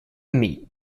meet